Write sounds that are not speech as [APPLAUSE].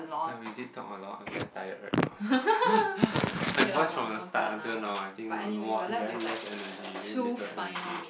ya we did talk a lot I'm very tired right now [LAUGHS] my voice from the start until now I think no no more very less energy very little energy